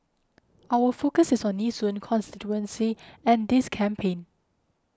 our focus is on Nee Soon constituency and this campaign